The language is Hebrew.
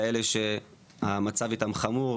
כאלה שהמצב איתם חמור,